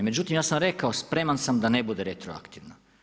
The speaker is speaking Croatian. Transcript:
Međutim, ja sam rekao, spreman sam da ne bude retroaktivno.